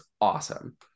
awesome